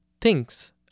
thinks